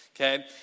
okay